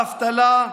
האבטלה,